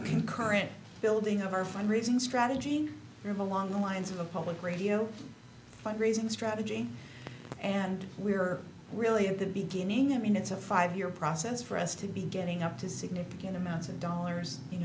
concurrent building of our fund raising strategy room along the lines of a public radio fund raising strategy and we're really in the beginning i mean it's a five year process for us to be getting up to significant amounts of dollars you